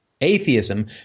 atheism